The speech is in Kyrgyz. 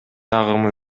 агымы